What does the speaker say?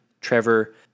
Trevor